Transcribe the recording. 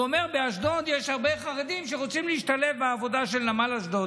הוא אומר: באשדוד יש הרבה חרדים שרוצים להשתלב בעבודה של נמל אשדוד,